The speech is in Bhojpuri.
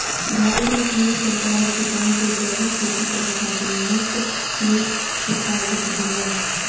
भारत में केंद्र सरकार अब किसान के जैविक खेती करे खातिर मुफ्त में सिखावत बिया